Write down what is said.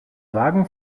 vagen